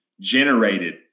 generated